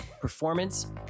performance